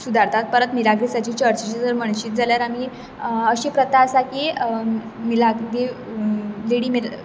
परत मिलाग्रिसाची चर्चीची म्हणत जाल्यार आमी अशी प्रता आसा की मिलाग्री लेडी मिलाग्रीस